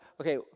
okay